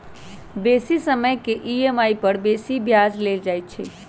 बेशी समय के ई.एम.आई पर बेशी ब्याज लेल जाइ छइ